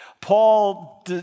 Paul